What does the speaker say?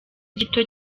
gito